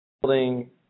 building